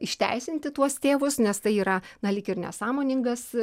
išteisinti tuos tėvus nes tai yra na lyg ir nesąmoningas